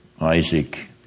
Isaac